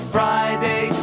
Friday